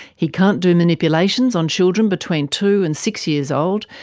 he can't do manipulations on children between two and six years old,